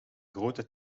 grote